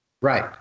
Right